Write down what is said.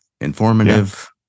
informative